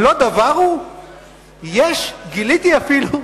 גיליתי אפילו,